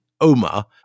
Omar